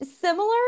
similar